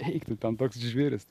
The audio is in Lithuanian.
eik tu ten toks žvėris